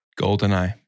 GoldenEye